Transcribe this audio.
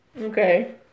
Okay